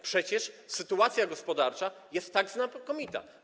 Przecież sytuacja gospodarcza jest znakomita.